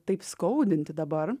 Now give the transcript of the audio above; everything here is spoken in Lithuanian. taip skaudinti dabar